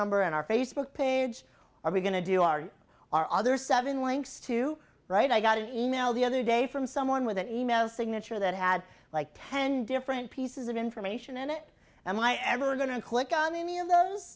number and our facebook page or are we going to do our our other seven links to right i got an e mail the other day from someone with an email signature that had like ten different pieces of information in it and i ever were going to click on any of those